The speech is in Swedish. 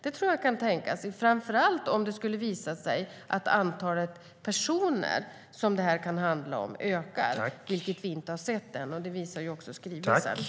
Det kan tänkas, framför allt om det skulle visa sig att antalet personer som det kan handla om ökar. Det har vi inte sett än, och det framgår också av skrivelsen.